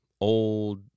old